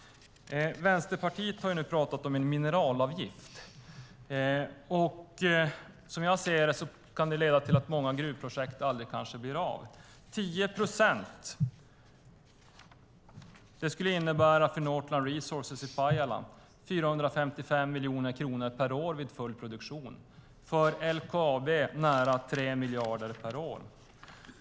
Vänsterpartiet har talat om en mineralavgift. Som jag ser det kan det leda till att många gruvprojekt kanske aldrig blir av. Dessa 10 procent skulle för Northland Resources i Pajala innebära 455 miljoner kronor per år vid full produktion. För LKAB skulle det innebära nära 3 miljarder per år.